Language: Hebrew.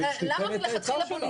בשביל שתיתן את העצה שלה.